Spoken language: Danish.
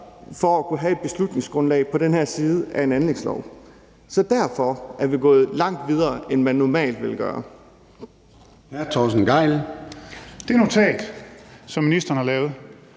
for at kunne have et beslutningsgrundlag på den her side af en anlægslov. Så derfor er vi gået langt videre, end man normalt ville gøre. Kl. 13:41 Formanden (Søren Gade):